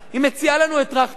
היא מציעה לנו את טרכטנברג,